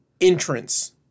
entrance